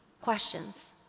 questions